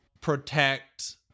protect